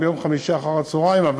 גם ביום חמישי אחר-הצהריים,